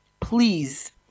Please